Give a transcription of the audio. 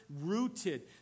rooted